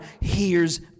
hears